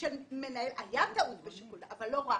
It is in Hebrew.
של מנהל, הייתה טעות בשיקול אבל לא רק,